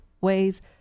ways